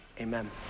amen